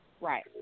Right